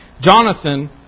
Jonathan